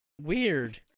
Weird